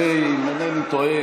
אם אינני טועה,